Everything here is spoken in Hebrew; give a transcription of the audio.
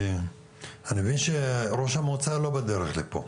אני מבין שראש המועצה לא בדרך לפה.